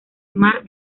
mar